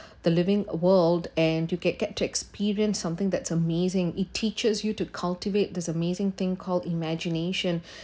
the living world and to get get to experience something that's amazing it teaches you to cultivate this amazing thing called imagination